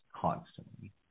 constantly